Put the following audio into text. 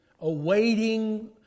awaiting